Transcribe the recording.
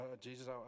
Jesus